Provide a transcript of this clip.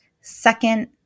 second